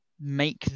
make